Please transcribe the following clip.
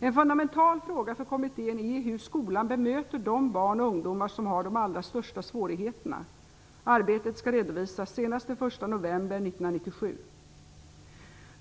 En fundamental fråga för kommittén är hur skolan bemöter de barn och ungdomar som har de allra största svårigheterna. Arbetet skall redovisas senast den 1 november 1997.